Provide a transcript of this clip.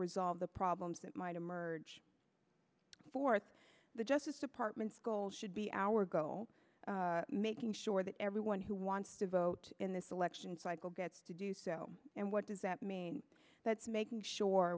resolve the problems that might emerge forth the justice department's goal should be our goal making sure that everyone who wants to vote in this election cycle gets to do so and what does that mean that's making sure